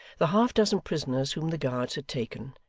the half-dozen prisoners whom the guards had taken,